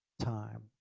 time